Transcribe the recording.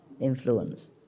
influence